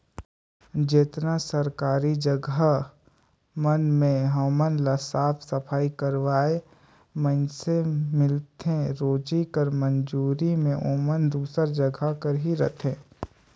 जेतना सरकारी जगहा मन में हमन ल साफ सफई करोइया मइनसे मिलथें रोजी कर मंजूरी में ओमन दूसर जगहा कर ही रहथें